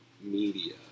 media